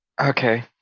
Okay